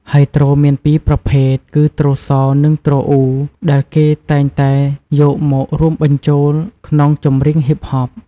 ហើយទ្រមានពីប្រភេទ គឺ ទ្រសោ និងទ្រអ៊ូ ដែលគេតែងតែយកមករួមបញ្ចូលក្នុងចម្រៀងហុីបហប។